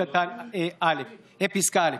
שכל, בלי דאגה אמיתית איך תתפקד הממשלה.